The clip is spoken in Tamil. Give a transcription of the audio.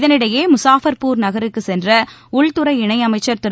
இதனிடையே முகாஃபா்பூர் நகருக்கு சென்ற உள்துறை இணையமைச்சா் திரு